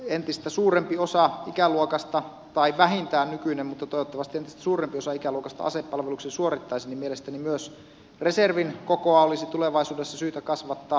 entistä suurempi osa ikäluokasta että vähintään nykyinen mutta toivottavasti entistä suurempi osa ikäluokasta asepalveluksen suorittaisi mielestäni myös reservin kokoa olisi tulevaisuudessa syytä kasvattaa